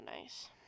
nice